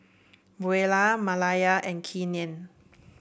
Buelah Malaya and Keenen